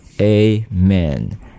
Amen